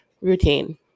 routine